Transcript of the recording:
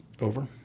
over